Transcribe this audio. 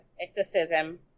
exorcism